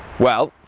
well,